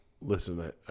Listen